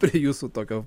prie jūsų tokio